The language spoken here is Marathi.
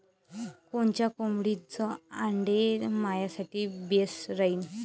कोनच्या कोंबडीचं आंडे मायासाठी बेस राहीन?